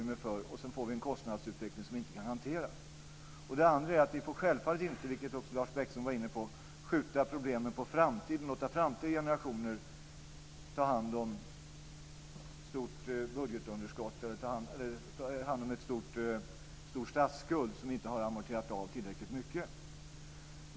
Detta skulle kunna leda till att vi får en kostnadsutveckling som vi inte kan hantera. För det andra får vi självfallet inte skjuta problemen på framtiden och låta framtida generationer ta hand om ett stort budgetunderskott eller en stor statsskuld som vi inte har amorterat av tillräckligt mycket på, vilket Lars Bäckström också var inne på.